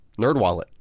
NerdWallet